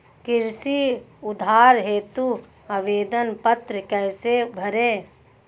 कृषि उधार हेतु आवेदन पत्र कैसे भरें?